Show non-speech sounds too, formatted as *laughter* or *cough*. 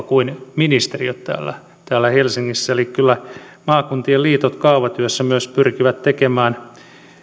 *unintelligible* kuin ministeriöt täällä täällä helsingissä eli kyllä maakuntien liitot kaavatyössä myös pyrkivät tekemään